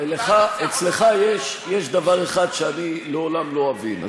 אצלך יש דבר אחד שאני לעולם לא אבין,